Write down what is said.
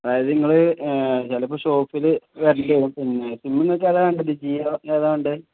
അതായത് നിങ്ങൾ ചിലപ്പോൾ ഷോപ്പിൽ വരേണ്ടി വരും പിന്നെ സിമ്മിന്നൊക്കെ ഏതാണ് വേണ്ടത് ജിയോ ഏതാണ് വേണ്ടത്